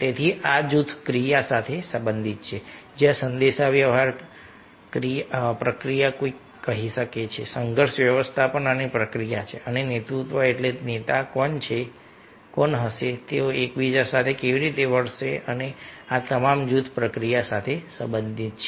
તેથી આ જૂથ પ્રક્રિયા સાથે સંબંધિત છે જ્યાં સંદેશાવ્યવહાર પ્રક્રિયા કોઈ કહી શકે છે સંઘર્ષ વ્યવસ્થાપન પ્રક્રિયા છે અને નેતૃત્વ એટલે કે નેતા કોણ હશે તેઓ એકબીજા સાથે કેવી રીતે વર્તશે અને આ તમામ જૂથ પ્રક્રિયા સાથે સંબંધિત છે